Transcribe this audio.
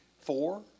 four